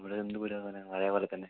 ഇവിടെ എന്ത് പുരോഗമനം പഴയപോലെ തന്നെ